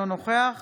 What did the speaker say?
אינו נוכח